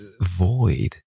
void